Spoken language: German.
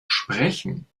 sprechen